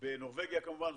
בנורבגיה כמובן,